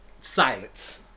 Silence